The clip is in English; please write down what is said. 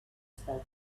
spoken